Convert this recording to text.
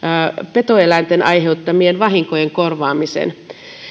petoeläinten aiheuttamien vahinkojen korvaamisen